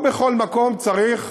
לא בכל מקום צריך